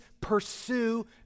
pursue